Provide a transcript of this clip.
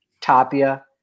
Tapia